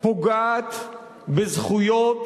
פוגעת בזכויות,